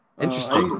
Interesting